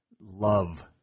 Love